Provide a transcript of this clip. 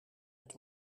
het